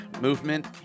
movement